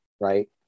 right